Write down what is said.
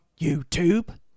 YouTube